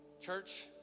Church